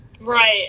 Right